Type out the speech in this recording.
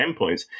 endpoints